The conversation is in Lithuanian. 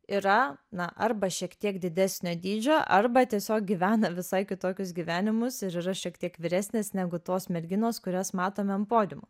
yra na arba šiek tiek didesnio dydžio arba tiesiog gyvena visai kitokius gyvenimus ir yra šiek tiek vyresnės negu tos merginos kurias matome ant podiumo